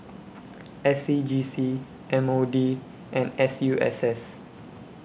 S C G C M O D and Suss